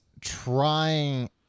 trying